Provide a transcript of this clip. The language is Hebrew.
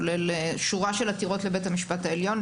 כולל שורה של עתירות לבית המשפט העליון.